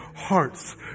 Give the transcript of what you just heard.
Hearts